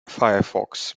firefox